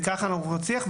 וככה אנחנו נצליח.